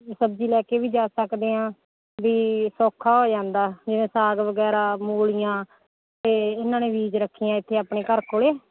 ਸਬਜ਼ੀ ਲੈ ਕੇ ਵੀ ਜਾ ਸਕਦੇ ਹਾਂ ਵੀ ਸੌਖਾ ਹੋ ਜਾਂਦਾ ਜਿਵੇਂ ਸਾਗ ਵਗੈਰਾ ਮੂਲੀਆਂ ਅਤੇ ਇਹਨਾਂ ਨੇ ਬੀਜ ਰੱਖੀਆਂ ਇੱਥੇ ਆਪਣੇ ਘਰ ਕੋਲ